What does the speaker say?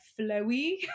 flowy